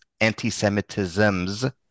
anti-semitisms